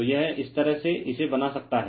तो यह इस तरह से इसे बना सकता है